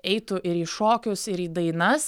eitų ir į šokius ir į dainas